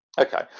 okay